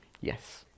Yes